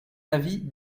avis